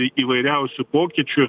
įvairiausių pokyčių